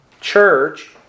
church